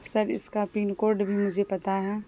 سر اس کا pin code بھی مجھے پتہ ہے